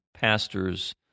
pastors